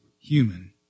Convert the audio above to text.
human